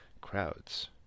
crowds